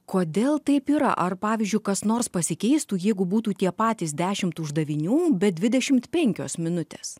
kodėl taip yra ar pavyzdžiui kas nors pasikeistų jeigu būtų tie patys dešimt uždavinių be dvidešimt penkios minutės